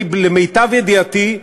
למיטב ידיעתי,